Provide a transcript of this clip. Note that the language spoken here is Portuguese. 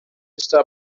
está